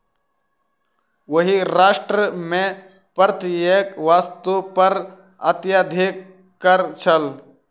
ओहि राष्ट्र मे प्रत्येक वस्तु पर अत्यधिक कर छल